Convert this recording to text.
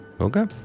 Okay